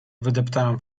wydeptaną